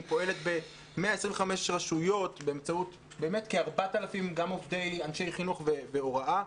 היא פועלת ב-125 רשויות מקומיות באמצעות כ-4,000 אנשי חינוך והוראה.